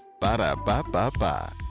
Ba-da-ba-ba-ba